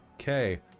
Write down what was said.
Okay